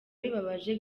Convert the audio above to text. bibabaje